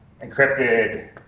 encrypted